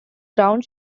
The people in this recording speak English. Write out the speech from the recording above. ground